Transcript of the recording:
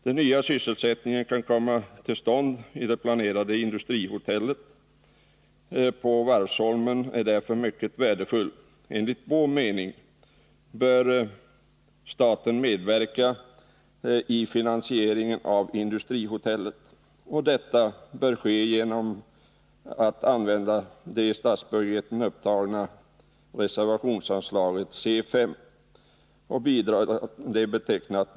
Den nya sysselsättning som kan komma till stånd i det planerade industrihotellet på Varvsholmen är därför mycket värdefull. Enligt vår mening bör staten kunna medverka i finansieringen av industrihotellet. Detta bör ske genom att det i statsbudgeten för budgetåret 1978/79 uppförda reservationsanslaget C 5.